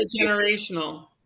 Generational